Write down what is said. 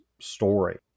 story